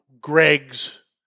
Greg's